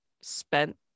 spent